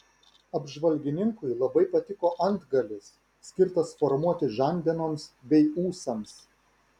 apžvalgininkui labai patiko antgalis skirtas formuoti žandenoms bei ūsams